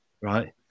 right